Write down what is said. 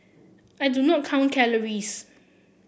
I do not count calories